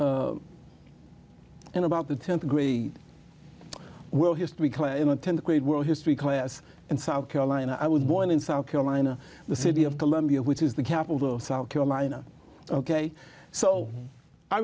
in about the ten degree will history class in the th grade world history class and south carolina i was born in south carolina the city of columbia which is the capital of south carolina ok so i